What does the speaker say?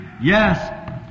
Yes